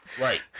right